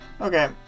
Okay